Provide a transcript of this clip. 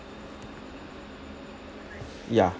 ya